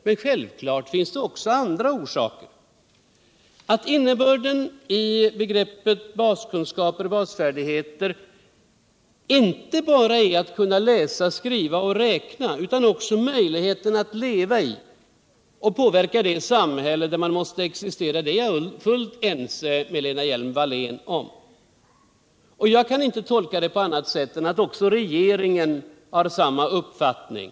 men självfallet finns det också andra orsaker. Att innebörden i begreppet buskunskaper-basfärdigheter inte bara är att kunna läsa, skriva och räkna. utan också möjlighet att leva i och påverka det samhälle där man måste existera. det är jag fullt ense med Lena Hjelm-Wallén om. Jag kan inte tolka det på annat sätt än att också regeringen har den uppfattningen.